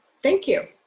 thank you.